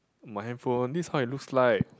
my handphone this is how it looks like